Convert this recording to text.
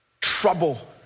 trouble